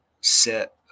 set